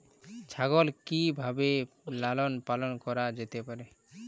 ছাগল কি ভাবে লালন পালন করা যেতে পারে?